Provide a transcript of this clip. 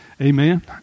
Amen